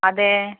അതെ